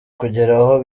kugeraho